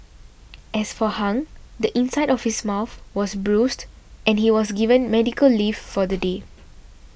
as for Hung the inside of his mouth was bruised and he was given medical leave for the day